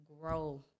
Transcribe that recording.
grow